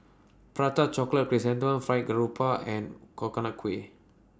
Prata Chocolate Chrysanthemum Fried Grouper and Coconut Kuih